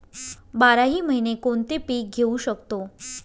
बाराही महिने कोणते पीक घेवू शकतो?